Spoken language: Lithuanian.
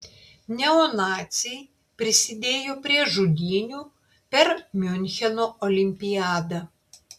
neonaciai prisidėjo prie žudynių per miuncheno olimpiadą